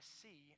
see